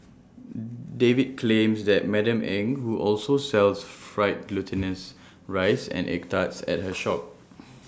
David claims that Madam Eng who also sells fried glutinous rice and egg tarts at her shop